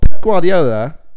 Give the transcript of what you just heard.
Guardiola